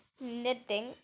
Knitting